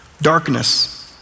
Darkness